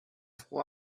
fror